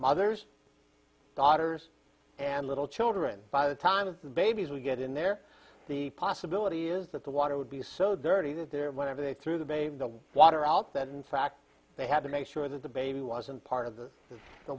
mothers daughters and little children by the time of the babies we get in there the possibility is that the water would be so dirty that there whenever they threw the baby the water out that in fact they had to make sure that the baby wasn't part of the